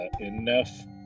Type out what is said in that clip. enough